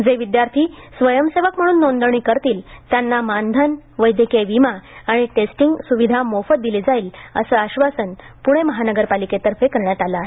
जे विद्यार्थी स्वयंसेवक म्हणून नोंदणी करतील त्यांना मानधन वैद्यकीय विमा आणि टेस्टिंग स्विधा मोफत दिले जाईल असे आश्वासन पुणे महानगरपालिकेने दिले आहे